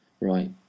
Right